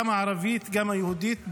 גם הערבית, גם היהודית בכלל.